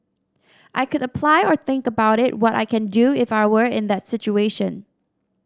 I could apply or think about what I can do if I were in that situation